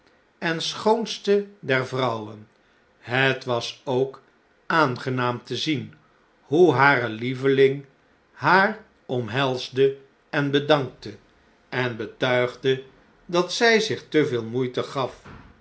en schoonste der vrouwen het was ook aangenaam te zien hoe hare lieveling haar omhelsde en bedankte en betuigde dat zjj zich te veel moeite gaf